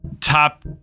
top